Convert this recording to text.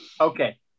Okay